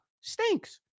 stinks